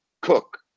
Cook